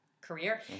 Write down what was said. career